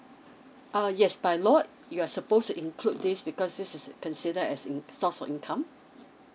err yes by law you're supposed to include this because this is consider as inc~ source of income